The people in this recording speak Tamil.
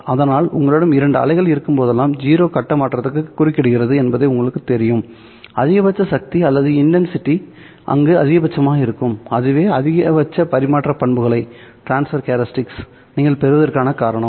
அதனால் உங்களிடம் இரண்டு அலைகள் இருக்கும்போதெல்லாம் 0 கட்ட மாற்றத்தில் குறுக்கிடுகிறது என்பது உங்களுக்குத் தெரியும் அதிகபட்ச சக்தி அல்லது இன்டன்சிடி அங்கு அதிகபட்சமாக இருக்கும் அதுவே அதிகபட்ச பரிமாற்ற பண்புகளை நீங்கள் பெறுவதற்கான காரணம்